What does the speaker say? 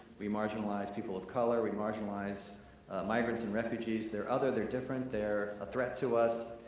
we marginalize people of color, we marginalize migrants and refugees, they're other, they're different, they're a threat to us.